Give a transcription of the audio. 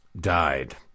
died